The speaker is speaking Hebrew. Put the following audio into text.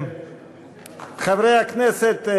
חברי הכנסת,